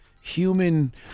human